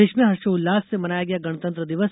प्रदेश में हर्षोल्लास से मनाया गया गणतंत्र दिवस